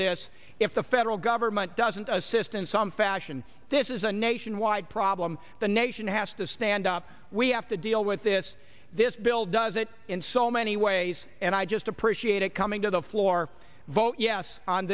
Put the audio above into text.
this if the federal government doesn't assist in some fashion this is a nationwide problem the nation has to stand up we have to deal with this this bill does it in so many ways and i just appreciate it coming to the floor vote yes on